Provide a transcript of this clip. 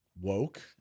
woke